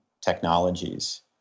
technologies